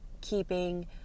keeping